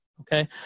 okay